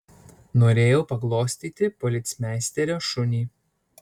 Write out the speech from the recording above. norėjau paglostyti policmeisterio šunį